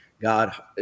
God